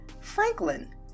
franklin